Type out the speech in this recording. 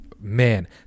Man